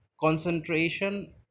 concentration